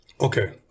Okay